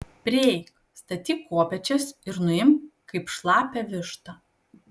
prieik statyk kopėčias ir nuimk kaip šlapią vištą